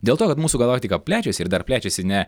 dėl to kad mūsų galaktika plečiasi ir dar plečiasi ne